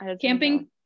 camping